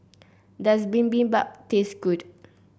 does Bibimbap taste good